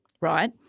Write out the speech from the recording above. right